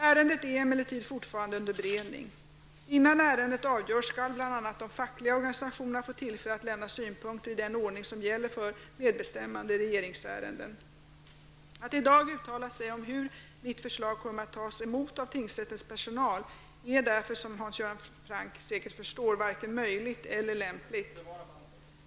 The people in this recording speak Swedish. Ärendet är emellertid fortfarande under beredning. Innan ärendet avgörs skall bl.a. de fackliga organisationerna få tillfälle att lämna synpunkter i den ordning som gäller för medbestämmande i regeringsärenden. Att i dag uttala sig om hur mitt förslag kommer att tas emot av tingsrättens personal är därför -- som Hans Göran Franck säkert förstår -- varken möjligt eller lämpligt.